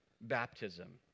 baptism